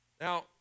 Now